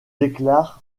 déclare